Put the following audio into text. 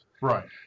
Right